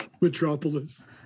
Metropolis